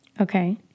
Okay